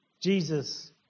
Jesus